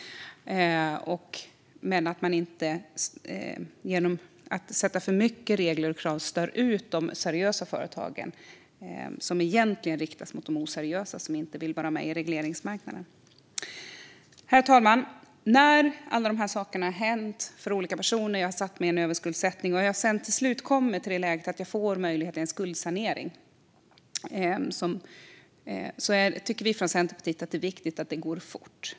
Men man ska inte genom att sätta upp för många regler och ställa för många krav störa ut de seriösa företagen när man egentligen riktar sig mot de oseriösa, som inte vill vara med i regleringsmarknaden. Herr talman! När alla de här sakerna har hänt för olika personer, när man har satt sig i en överskuldsättning och när man sedan till slut kommer till det läge att man får möjlighet till skuldsanering tycker vi från Centerpartiet att det är viktigt att det går fort.